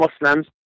Muslims